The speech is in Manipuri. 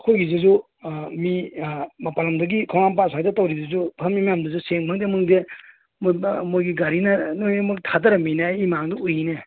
ꯑꯩꯈꯣꯏꯒꯤꯁꯤꯁꯨ ꯃꯤ ꯃꯄꯥꯟ ꯂꯣꯝꯗꯒꯤ ꯈꯣꯡꯍꯥꯝ ꯄꯥꯠ ꯑꯁꯥꯏꯗ ꯇꯧꯔꯤꯁꯤꯁꯨ ꯐꯝꯃꯤ ꯃꯌꯥꯝꯗꯨꯁꯨ ꯁꯦꯝ ꯈꯪꯗꯦ ꯑꯃ ꯈꯪꯗꯦ ꯃꯣꯏ ꯃꯣꯏꯒꯤ ꯒꯥꯔꯤꯅ ꯅꯣꯏꯃꯛ ꯊꯥꯗꯔꯝꯃꯤꯅꯦ ꯑꯩꯒꯤ ꯃꯥꯡꯗ ꯎꯏꯅꯦ